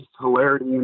hilarity